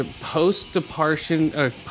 post-departure